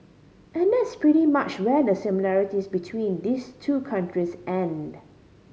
and that's pretty much where the similarities between these two countries end